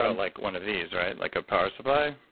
um like one of these, right? like, a power supply?